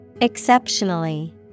Exceptionally